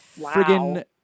friggin